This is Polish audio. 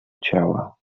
ciała